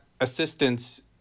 assistance